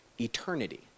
eternity